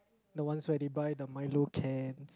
the ones where they buy the milo can